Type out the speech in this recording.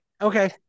Okay